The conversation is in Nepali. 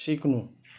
सिक्नु